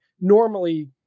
normally